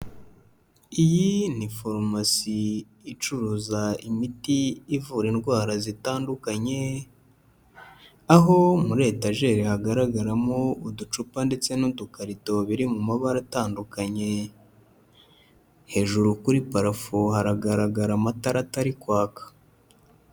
Iyi ni forumasi icuruza imiti ivura indwara zitandukanye, aho muri etajeri hagaragaramo uducupa ndetse n'udukarito biri mu mabara atandukanye. Hejuru kuri parafo haragaragara amatara atari kwaka.